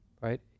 right